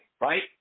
right